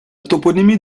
toponymie